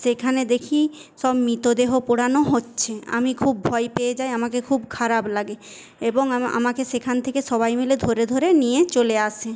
সেখানে দেখি সব মৃত দেহ পোড়ানো হচ্ছে আমি খুব ভয় পেয়ে যাই আমাকে খুব খারাপ লাগে এবং আমাকে সেখান থেকে সবাই মিলে ধরে ধরে নিয়ে চলে আসে